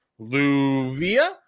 Luvia